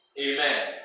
Amen